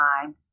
time